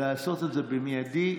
לעשות את זה במיידי,